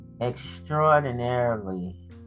Extraordinarily